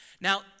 Now